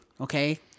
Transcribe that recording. okay